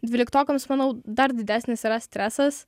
dvyliktokams manau dar didesnis yra stresas